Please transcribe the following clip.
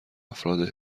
افراد